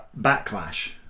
backlash